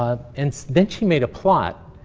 ah and then she made a plot,